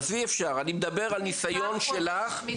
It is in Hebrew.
עזבי אפשר, אני מדבר על ניסיון שלך.